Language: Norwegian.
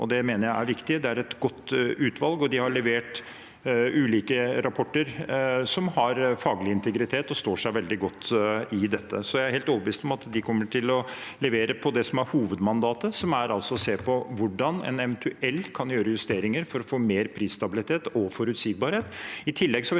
Det er et godt utvalg, og de har levert ulike rapporter som har faglig integritet og står seg veldig godt. Jeg er helt overbevist om at de kommer til å levere på det som er hovedmandatet, som altså er å se på hvordan en eventuelt kan gjøre justeringer for å få mer prisstabilitet og forutsigbarhet.